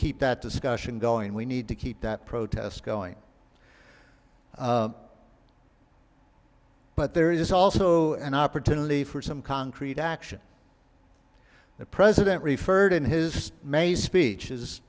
keep that discussion going we need to keep that protest going but there is also an opportunity for some concrete action the president referred in his main speech